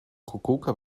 kukułka